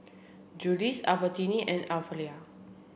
Julie's Albertini and Aprilia